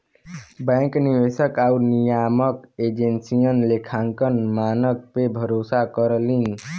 bank निवेशक आउर नियामक एजेंसियन लेखांकन मानक पे भरोसा करलीन